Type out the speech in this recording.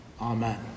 Amen